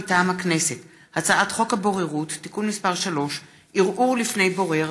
מטעם הכנסת: הצעת חוק הבוררות (תיקון מס' 3) (ערעור לפני בורר),